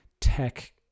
tech